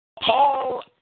Paul